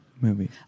movie